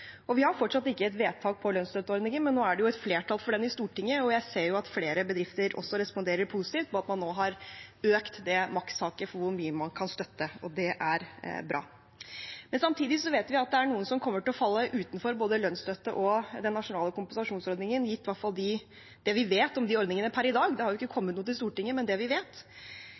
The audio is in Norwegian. jo et flertall for den i Stortinget, og jeg ser at flere bedrifter også responderer positivt på at man nå har økt makstaket for hvor mye man kan støtte. Det er bra. Samtidig vet vi at det er noen som kommer til å falle utenfor både lønnsstøtte og den nasjonale kompensasjonsordningen, iallfall gitt det vi vet om de ordningene per i dag. Det har jo ikke kommet noe til Stortinget, men det vi vet,